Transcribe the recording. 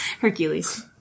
Hercules